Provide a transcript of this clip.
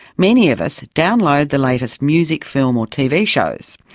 many of us download the latest music, film or tv shows.